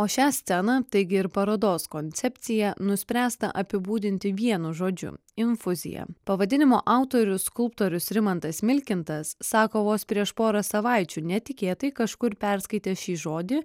o šią sceną taigi ir parodos koncepciją nuspręsta apibūdinti vienu žodžiu infuzija pavadinimo autorius skulptorius rimantas milkintas sako vos prieš porą savaičių netikėtai kažkur perskaitęs šį žodį